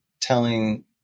telling